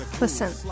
Listen